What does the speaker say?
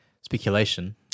speculation